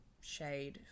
shade